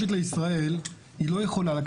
לצה"ל בגאווה גדולה,